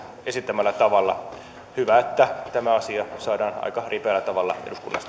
esittämällä tavalla hyvä että tämä asia saadaan aika ripeällä tavalla